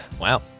Wow